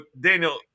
Daniel